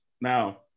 now